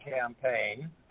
campaign—